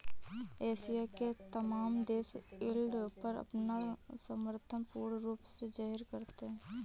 Asia के तमाम देश यील्ड पर अपना समर्थन पूर्ण रूप से जाहिर करते हैं